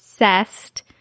obsessed